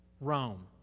Rome